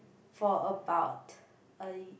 for about a ye~